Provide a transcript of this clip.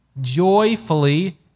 joyfully